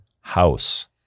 house